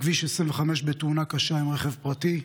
בכביש 25 בתאונה קשה עם רכב פרטי.